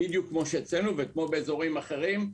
בדיוק כמו אצלנו וכמו באזורים אחרים בארץ,